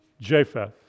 Japheth